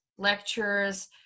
Lectures